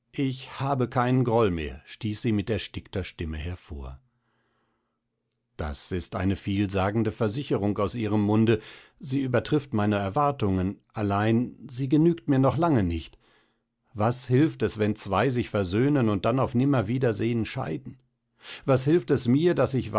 ich habe keinen groll mehr stieß sie mit erstickter stimme hervor das ist eine vielsagende versicherung aus ihrem munde sie übertrifft meine erwartungen allein sie genügt mir noch lange nicht was hilft es wenn zwei sich versöhnen und dann auf nimmerwiedersehen scheiden was hilft es mir daß ich